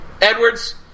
Edwards